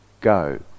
go